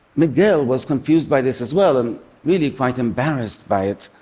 miguel was confused by this as well and really quite embarrassed by it.